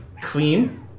clean